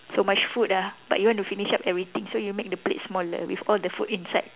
so much food ah but you want to finish up everything so you make the plate smaller with all the food inside